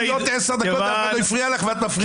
עשר דקות אף אחד לא הפריע לך, ואת מפריעה לו?